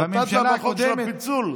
ואתה שם בחוק של הפיצול.